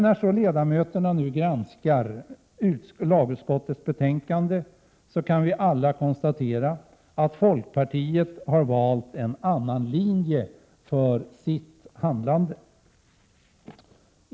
När ledamöterna nu granskar lagutskottets betänkande kan vi alla konstatera att folkpartiet har valt en annan linje för sitt handlande.